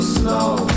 slow